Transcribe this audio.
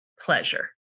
pleasure